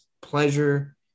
pleasure